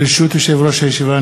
ברשות יושב-ראש הישיבה,